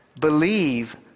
believe